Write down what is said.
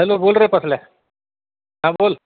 hello बोल रे पसल्या हां बोल